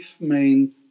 main